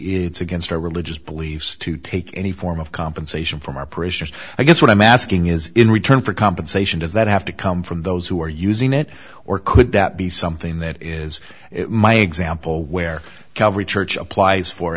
it's against our religious beliefs to take any form of compensation from our parishioners i guess what i'm asking is in return for compensation does that have to come from those who are using it or could that be something that is my example where calvary church applies for